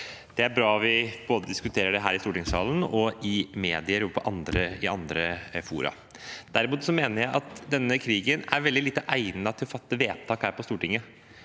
Det er bra vi diskuterer det både i stortingssalen og i medier og andre fora. Derimot mener jeg at denne krigen er veldig lite egnet til å fatte vedtak om på Stortinget,